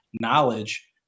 knowledge